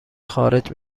خارج